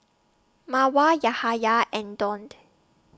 Mawar Yahaya and Daud